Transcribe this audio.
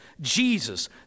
Jesus